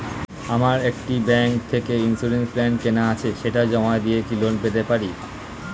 আমার একটি ব্যাংক থেকে ইন্সুরেন্স প্ল্যান কেনা আছে সেটা জমা দিয়ে কি লোন পেতে পারি?